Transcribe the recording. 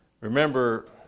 Remember